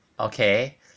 okay